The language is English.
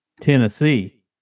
Tennessee